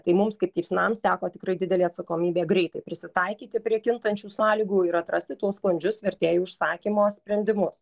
tai mums kaip teipsmams teko tikrai didelė atsakomybė greitai prisitaikyti prie kintančių sąlygų ir atrasti tuos sklandžius vertėjų užsakymo sprendimus